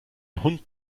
hund